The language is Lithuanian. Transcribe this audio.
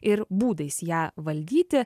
ir būdais ją valdyti